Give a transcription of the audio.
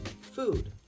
food